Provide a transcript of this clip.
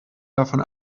davon